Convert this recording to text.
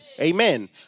Amen